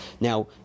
Now